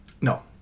No